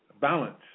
Balance